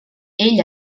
ell